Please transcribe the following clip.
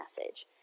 message